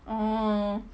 oh